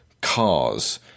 cars